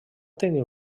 tenir